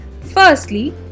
Firstly